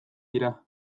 dira